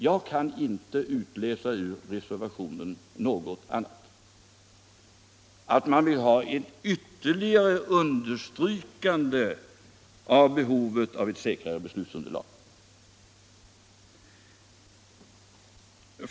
Jag kan inte ur reservationen utläsa något annat än att man vill ha ytterligare understrykande av behovet av säkrare beslutsunderlag.